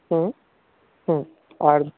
হুম হুম আর